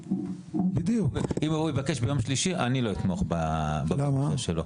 אם הוא יבקש ביום שלישי אני לא אתמוך בבקשה שלו,